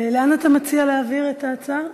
לאן אתה מציע להעביר את ההצעה?